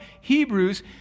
Hebrews